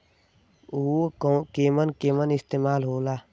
उव केमन केमन इस्तेमाल हो ला?